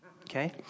okay